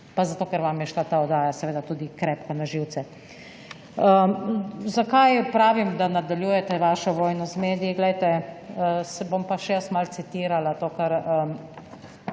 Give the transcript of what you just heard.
pa zato, ker vam je šla ta oddaja seveda tudi krepko na živce. Zakaj pravim, da nadaljujete vašo vojno z mediji? Poglejte, bom pa še jaz malo citirala, to, kar